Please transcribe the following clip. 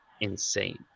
insane